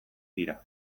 tira